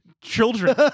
children